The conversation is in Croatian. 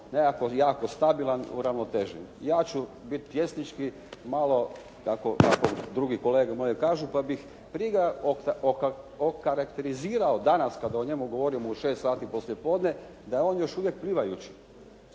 nekakvo jako stabilan i uravnotežen. Ja ću biti pjesnički kako drugi moje kolege kažu pa bih ga prije okarakterizirao danas kada o njemu govorimo u 6 sati poslije podne, da je on još uvijek plivajuć.